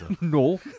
no